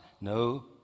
No